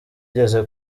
igeze